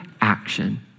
action